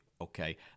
okay